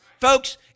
folks